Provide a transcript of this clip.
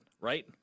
right